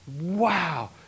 wow